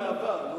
שופטת בעבר.